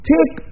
Take